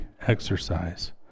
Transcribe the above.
exercise